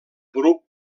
bruc